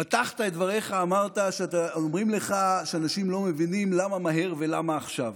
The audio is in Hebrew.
פתחת את דבריך בזה שאומרים לך שאנשים לא מבינים למה מהר ולמה עכשיו.